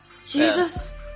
Jesus